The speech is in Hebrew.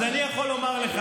אז אני יכול לומר לך,